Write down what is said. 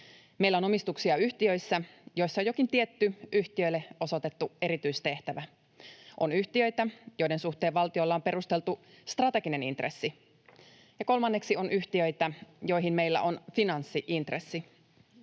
Meillä on omistuksia yhtiöissä, joissa on jokin tietty yhtiölle osoitettu erityistehtävä, on yhtiöitä, joiden suhteen valtiolla on perusteltu strateginen intressi, ja kolmanneksi on yhtiöitä, joihin meillä on finanssi-intressi.